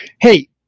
hey